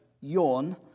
yawn